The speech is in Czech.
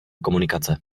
komunikace